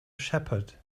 shepherd